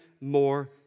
more